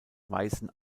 weißen